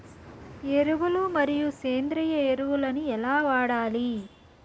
ఎరువులు మరియు సేంద్రియ ఎరువులని ఎలా వాడాలి?